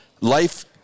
life